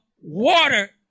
water